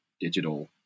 digital